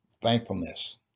thankfulness